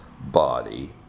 body